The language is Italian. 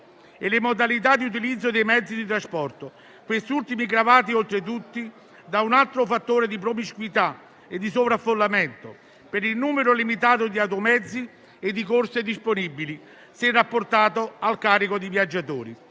e le modalità di utilizzo dei mezzi di trasporto, questi ultimi gravati oltretutto da un altro fattore di promiscuità e di sovraffollamento per il numero limitato di automezzi e di corse disponibili, se rapportato al carico di viaggiatori.